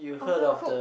overcooked